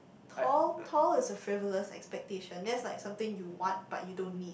tall tall is a frivolous expectation that is like something you want but you don't need